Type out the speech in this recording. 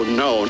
no